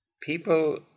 People